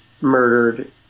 murdered